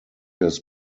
his